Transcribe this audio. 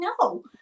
no